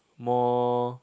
more